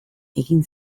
egin